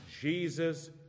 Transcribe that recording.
Jesus